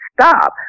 stop